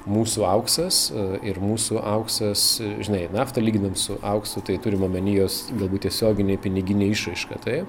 mūsų auksas ir mūsų auksas žinai naftą lyginam su auksu tai turim omeny jos galbūt tiesioginę piniginę išraišką taip